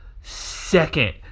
second